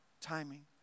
timing